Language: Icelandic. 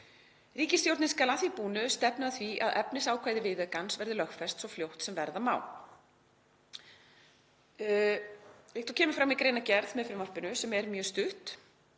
Ríkisstjórnin skal að því búnu stefna að því að efnisákvæði viðaukans verði lögfest svo fljótt sem verða má.“ Líkt og kemur fram í greinargerð með tillögunni, sem er mjög stutt,